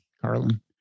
Carlin